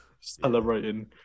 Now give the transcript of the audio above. celebrating